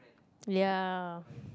ya